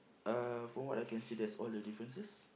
uh from what I can see that's all the differences